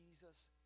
Jesus